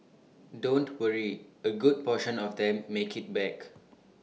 don't worry A good portion of them make IT back